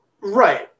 Right